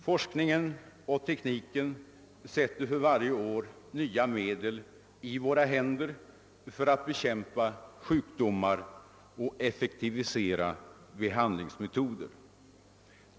Forskningen och tekniken sätter för varje år nya medel i våra händer för att bekämpa sjukdomar och effektivisera behandlingsmetoder.